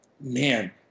man